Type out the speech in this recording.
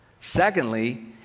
Secondly